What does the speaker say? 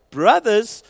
brothers